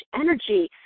energy